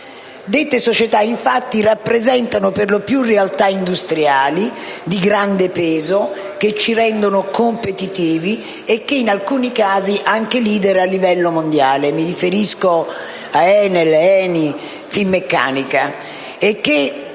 Dette società, infatti, rappresentano per lo più realtà industriali di grande peso che ci rendono competitivi e, in alcuni casi, sono anche *leader* a livello mondiale (mi riferisco a ENEL, ENI, Finmeccanica);